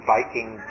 Viking